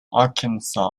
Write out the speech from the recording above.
arkansas